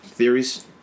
theories